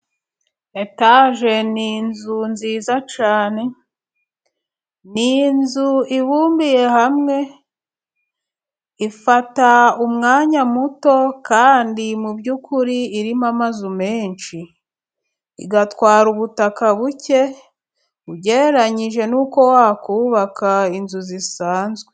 Etage ni inzu nziza cyane. Ni inzu ibumbiye hamwe ifata umwanya muto kandi mu by'ukuri irimo amazu menshi. Igatwara ubutaka buke ugereranyije nuko wakubaka inzu zisanzwe.